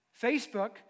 Facebook